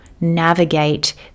navigate